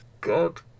God